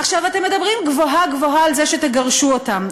עכשיו, אתם מדברים גבוהה-גבוהה על זה שתגרשו אותם.